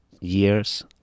years